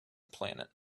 planet